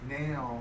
now